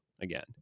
again